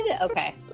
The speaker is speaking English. okay